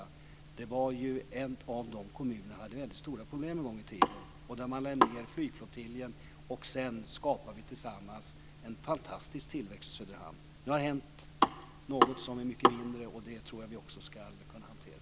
Söderhamn var ju en av de kommuner som hade väldigt stora problem en gång i tiden. Flygflottiljen lades ned. Sedan skapade vi tillsammans en fantastisk tillväxt för Söderhamn. Nu har det hänt något som är mycket mindre, och det tror jag att vi också ska kunna hantera.